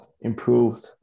improved